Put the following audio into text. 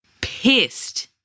pissed